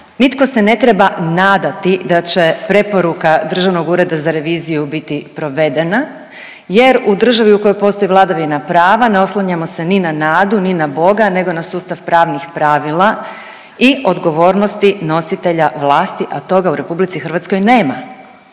nitko se ne treba nadati da će preporuka Državnog ureda za reviziju biti provedena jer u državi u kojoj postoji vladavina prava ne oslanjamo se ni na nadu ni na Boga nego na sustav pravnih pravila i odgovornosti nositelja vlasti, a toga u RH nema.